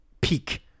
peak